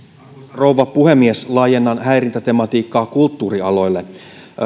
rouva puhemies laajennan häirintätematiikkaa kulttuurialoille